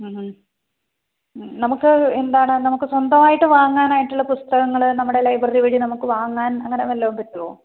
നമുക്ക് എന്താണ് നമുക്ക് സ്വന്തമായിട്ട് വാങ്ങാനായിട്ടുള്ള പുസ്തകങ്ങൾ നമ്മുടെ ലൈബ്രറി വഴി നമുക്ക് വാങ്ങാൻ അങ്ങനെ വല്ലതും പറ്റുമോ